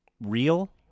real